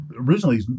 originally